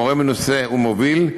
מורה מנוסה ומוביל,